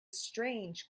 strange